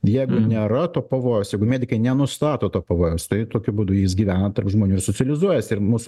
jeigu nėra to pavojaus jeigu medikai nenustato to pavojaus tai tokiu būdu jis gyvena tarp žmonių ir socializuojasi ir mūsų